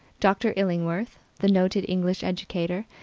dr. illingworth, the noted english educator,